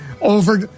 over